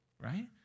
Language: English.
right